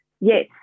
Yes